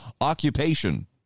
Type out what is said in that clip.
occupation